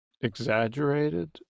exaggerated